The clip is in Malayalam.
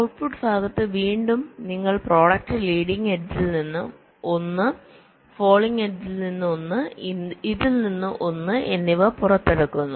ഔട്ട്പുട്ട് ഭാഗത്ത് വീണ്ടും നിങ്ങൾ പ്രോഡക്റ്റ് ലീഡിങ് എഡ്ജിൽ നിന്ന് ഒന്ന്ഫാളിങ് എഡ്ജിൽ നിന്ന് ഒന്ന് ഇതിൽ നിന്ന് ഒന്ന് എന്നിവ പുറത്തെടുക്കുന്നു